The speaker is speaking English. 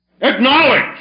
Acknowledge